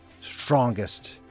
strongest